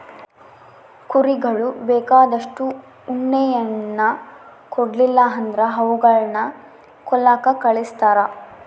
ಕುರಿಗಳು ಬೇಕಾದಷ್ಟು ಉಣ್ಣೆಯನ್ನ ಕೊಡ್ಲಿಲ್ಲ ಅಂದ್ರ ಅವುಗಳನ್ನ ಕೊಲ್ಲಕ ಕಳಿಸ್ತಾರ